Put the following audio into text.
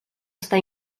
està